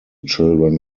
children